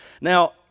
Now